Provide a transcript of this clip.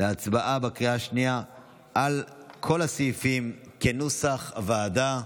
להצבעה בקריאה השנייה על כל הסעיפים כנוסח הוועדה,